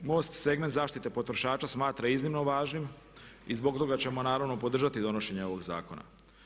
MOST segment zaštite potrošača smatra iznimno važnim i zbog toga ćemo naravno podržati donošenje ovog zakona.